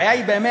הבעיה היא באמת,